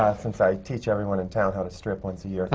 ah since i teach everyone in town how to strip once a year